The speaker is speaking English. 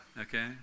okay